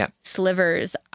slivers